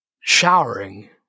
showering